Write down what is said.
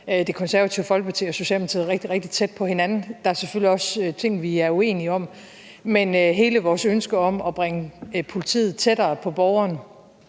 Det Konservative Folkeparti og Socialdemokratiet rigtig, rigtig tæt på hinanden. Der er selvfølgelig også ting, vi er uenige om, men hele vores ønske om at bringe politiet tættere på borgeren